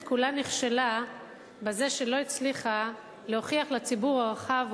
כולה נכשלה בזה שלא הצליחה להוכיח לציבור הרחב,